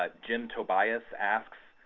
ah jim tobias asks,